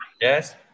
yes